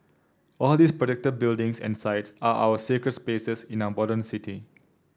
all these protected buildings and sites are our sacred spaces in our modern city